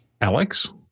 Alex